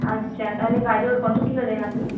আচ্ছা তাহলে গাজর কত কিলো দেন আপনি